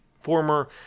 former